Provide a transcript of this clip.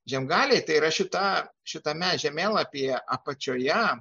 žiemgaliai tai yra šį tą šitame žemėlapyje apačioje